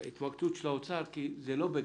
ההתמקדות של האוצר כי זה לא בגדול.